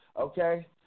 okay